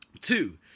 Two